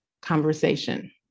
conversation